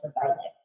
regardless